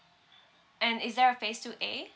and is there a phase two A